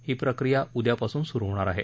ही प्रक्रिया उद्यापासून सुरु होणार आहे